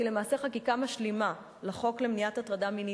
שהיא למעשה חקיקה משלימה לחוק למניעת הטרדה מינית,